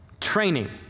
training